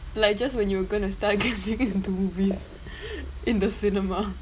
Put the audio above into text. like just when you were gonna start getting into movies in the cinema